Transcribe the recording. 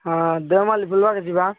ହାଁ ଦେଓମାଳି ବୁଲିବାକେ ଯିବା